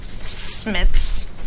Smith's